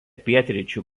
pietryčių